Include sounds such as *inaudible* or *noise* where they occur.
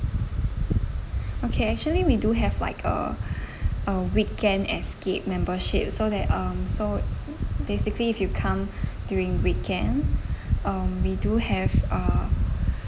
*breath* okay actually we do have like uh *breath* a weekend escape membership so that um so *noise* basically if you come *breath* during weekend *breath* um we do have a